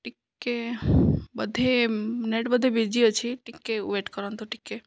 ଟିକିଏ ବୋଧେ ନେଟ୍ ବୋଧେ ବିଜି ଅଛି ଟିକିଏ ୱେଟ କରନ୍ତୁ ଟିକିଏ